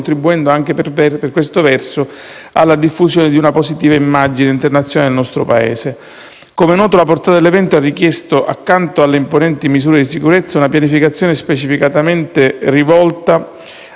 contribuendo, anche per questo verso, alla diffusione di una positiva immagine internazionale del nostro Paese. Come noto, la portata dell'evento ha richiesto, accanto alle imponenti misure di sicurezza, una pianificazione specificamente rivolta